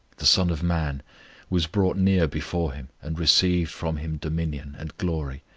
the son of man was brought near before him, and received from him dominion, and glory,